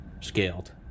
scaled